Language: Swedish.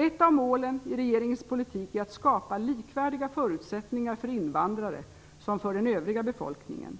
Ett av målen i regeringens politik är att skapa likvärdiga förutsättningar för invandrare som för den övriga befolkningen.